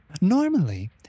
Normally